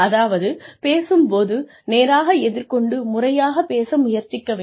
அதாவது பேசும் போது நேராக எதிர்கொண்டு முறையாகப் பேச முயற்சிக்க வேண்டும்